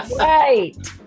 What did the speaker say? right